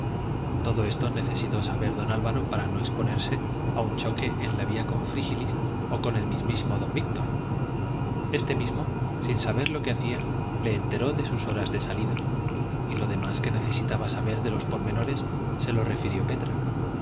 todo esto necesitó saber don álvaro para no exponerse a un choque en la vía con frígilis o con el mismísimo don víctor este mismo sin saber lo que hacía le enteró de sus horas de salida y lo demás que necesitaba saber de los pormenores se lo refirió petra